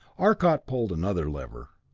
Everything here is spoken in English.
arcot pulled another lever